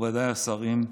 מכובדיי השרים,